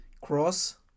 cross